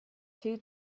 two